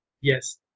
Yes